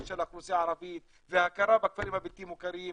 של האוכלוסייה הערבית וההכרה בכפרים הבלתי מוכרים,